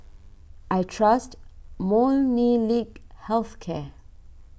I trust Molnylcke Health Care